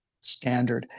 standard